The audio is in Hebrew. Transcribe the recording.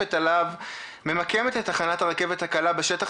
שמועדפת עליו ממקמת את תחנת הרכבת הקלה בשטח